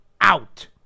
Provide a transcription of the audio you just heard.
out